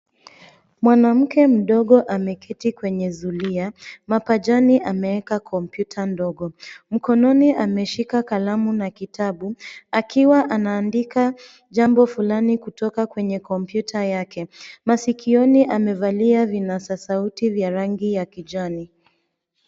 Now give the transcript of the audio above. Mwanamke mdogo ameketi kwenye zulia, mapajani ameweka kompyuta ndogo. Mkononi ameshika kalamu na kitabu akiwa anaandika jambo fulani kutoka kwenye kompyuta yake. Masikioni amevalia vinasa sauti vya rangi ya kijani.